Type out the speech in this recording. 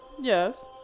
Yes